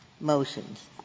motions